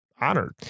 honored